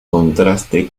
contraste